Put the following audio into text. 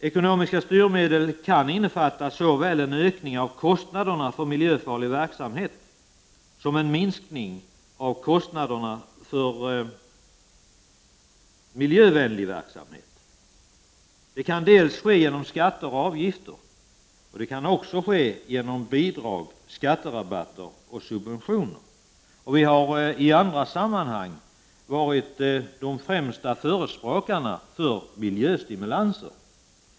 Ekonomiska styrmedel kan innefatta såväl en ökning av kostnaderna för miljöfarlig verksamhet som en minskning av kostnaderna för miljövänlig verksamhet. Detta kan ske genom skatter och avgifter, genom bidrag, skatterabatter och subventioner. Vi har i andra sam manhang varit de främsta förespråkarna för miljöstimulanser.